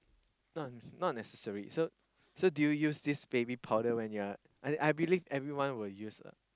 not not necessary so so do you use this baby powder when you are I believe everyone will use lah